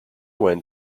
went